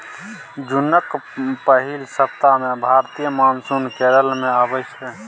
जुनक पहिल सप्ताह मे भारतीय मानसून केरल मे अबै छै